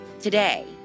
today